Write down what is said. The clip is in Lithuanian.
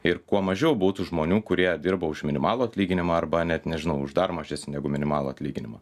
ir kuo mažiau būtų žmonių kurie dirba už minimalų atlyginimą arba net nežinau už dar mažesnį negu minimalų atlyginimą